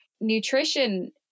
Nutrition